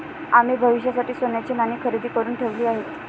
आम्ही भविष्यासाठी सोन्याची नाणी खरेदी करुन ठेवली आहेत